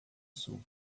sul